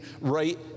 right